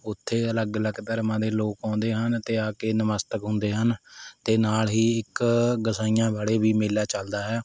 ਉੱਥੇ ਅਲੱਗ ਅਲੱਗ ਧਰਮਾਂ ਦੇ ਲੋਕ ਆਉਂਦੇ ਹਨ ਅਤੇ ਆ ਕੇ ਨਮਸਤਕ ਹੁੰਦੇ ਹਨ ਅਤੇ ਨਾਲ਼ ਹੀ ਇੱਕ ਗਸਾਈਆਂ ਵਾਲ਼ੇ ਵੀ ਮੇਲਾ ਚੱਲਦਾ ਹੈ